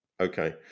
Okay